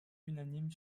unanime